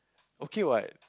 okay what